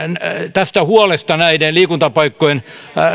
tästä huolesta näiden liikuntapaikkojen